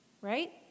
Right